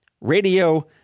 radio